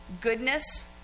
goodness